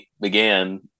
began